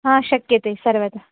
हा शक्यते सर्वदा